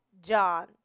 John